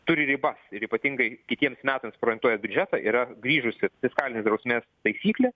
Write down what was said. turi ribas ir ypatingai kitiems metams projektuojant biudžetą yra grįžusi fiskalinės drausmės taisyklė